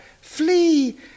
flee